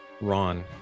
Ron